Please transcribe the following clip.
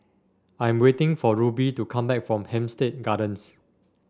I am waiting for Ruby to come back from Hampstead Gardens